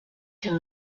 can